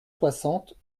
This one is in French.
soixante